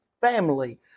family